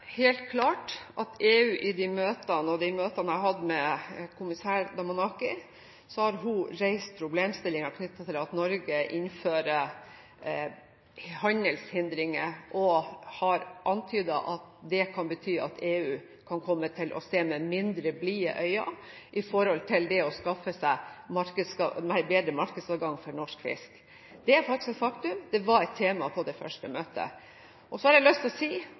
helt klart at EU ved kommissær Damanaki i de møtene jeg har hatt med henne, har reist problemstillinger knyttet til at Norge innfører handelshindringer, og hun har antydet at det kan bety at EU kan komme til å se med mindre blide øyne på det å skaffe seg bedre markedsadgang for norsk fisk. Det er faktisk et faktum. Det var et tema på det første møtet. Det er klart at norsk fiskerinæring – Fiskarlaget, Fiskeri- og